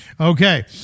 Okay